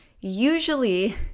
Usually